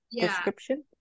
description